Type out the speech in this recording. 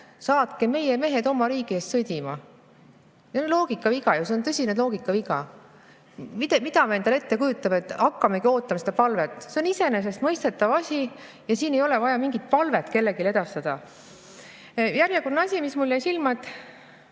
saatke meie mehed oma riigi eest sõdima. See on ju loogikaviga! See on tõsine loogikaviga. Mida me endale ette kujutame? Et hakkamegi ootama seda palvet? See on iseenesestmõistetav asi ja siin ei ole vaja mingit palvet kellelegi edastada. Järjekordne asi, mis mulle jäi silma: